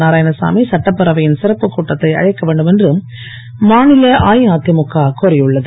நாராயணசாமி சட்டப்பேரவையின் சிறப்புக் கூட்டத்தை அழைக்க வேண்டும் என்று மாநில அஇஅதிமுக கோரியுள்ளது